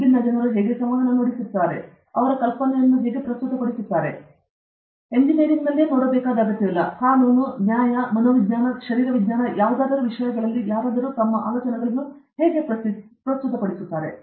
ವಿಭಿನ್ನ ಜನರು ಹೇಗೆ ಸಂವಹನ ನಡೆಸುತ್ತಾರೆ ಅವರ ಕಲ್ಪನೆಯನ್ನು ಪ್ರಸ್ತುತಪಡಿಸುತ್ತಾರೆ ಎಂಜಿನಿಯರಿಂಗ್ನಲ್ಲಿ ಅಗತ್ಯವಾಗಿಲ್ಲ ಕಾನೂನು ನ್ಯಾಯ ಮನೋವಿಜ್ಞಾನ ಶರೀರವಿಜ್ಞಾನ ಯಾವುದಾದರೂ ವಿಷಯಗಳಲ್ಲಿ ಯಾರಾದರೂ ತನ್ನ ಆಲೋಚನೆಗಳನ್ನು ಹೇಗೆ ಪ್ರಸ್ತುತಪಡಿಸುತ್ತಾರೆ